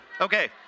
Okay